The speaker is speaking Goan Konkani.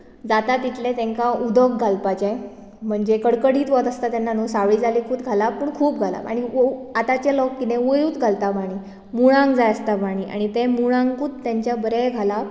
जाता तितलें तेंकां उदक घालपाचें म्हणजे कडकडीत वत आसता तेन्ना नु सावलीकुच घालप पूण खूप घालप आनी आतांचे लोक किदें वयरुच घालता पाणि मुळांत जाय आसता पाणि मुळांकुच तेंच्या बरे घालप